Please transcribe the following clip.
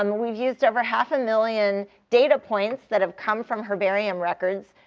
um we've used over half a million data points that have come from herbarium records.